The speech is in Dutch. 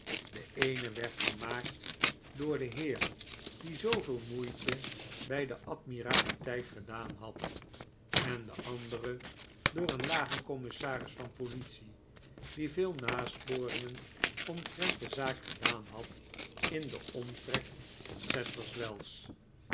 de eene werd gemaakt door den heer die zooveel moeite bij de admiraliteit gedaan had en de andere door een langen commissaris van politie die vele nasporingen omtrent de zaak gedaan had in den omtrek van sadlers wells